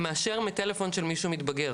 מאשר מטלפון של מישהו מתבגר